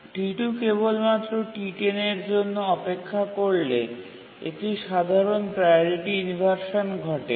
T2 কেবলমাত্র T10 এর জন্য অপেক্ষা করলে একটি সাধারণ প্রাওরিটি ইনভারসান ঘটে